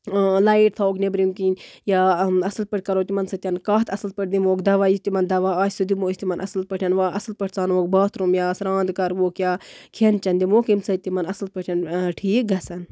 light تھاوو نیبرِم کِہینۍ یا اَصٕل پٲٹھۍ کرو تِمن سۭتۍ کَتھ اَصٕل پٲٹھۍ دِمہوکھ دوا یہِ تِمن دوا آسہِ سُہ دِمو أسۍ تِمن اَصٕل پٲٹھۍ اَصٕل پٲٹھۍ ژَنوکھ باتھروٗم یا سران کَرہوکھ یا کھٮ۪ن چٮ۪ن دِمہوکھ ییٚمہِ سۭتۍ تِمن اَصٕل پٲٹھۍ ٹھیٖک گژھن